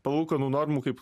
palūkanų normų kaip